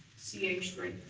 c h three.